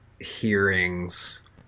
hearings